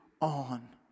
on